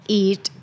eat